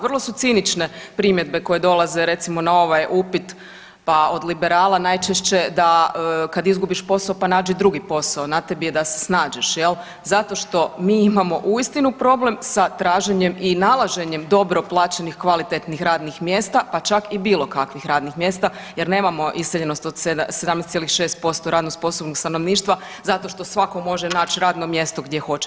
Vrlo su cinične primjedbe koje dolaze recimo, na ovaj upit pa od liberala najčešće da kad izgubiš posao, pa nađi drugi posao, na tebi je da se snađeš zato što mi imamo uistinu problem sa traženjem i nalaženjem dobro plaćenih kvalitetnih radnih mjesta, pa čak i bilo kakvih radnih mjesta jer nemamo iseljenost od 17,6% radno sposobnog stanovništva zato što svatko može naći radno mjesto gdje hoće.